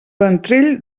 ventrell